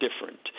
different